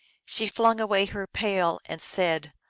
she flung away her pail, and said,